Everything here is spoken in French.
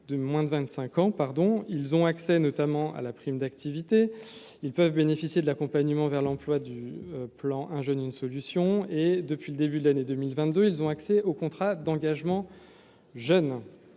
de moins de 25 ans, pardon, ils ont accès notamment à la prime d'activité, ils peuvent bénéficier de l'accompagnement vers l'emploi du plan, un jeune une solution et depuis le début de l'année 2022 ils ont accès au contrat d'engagement, jeune,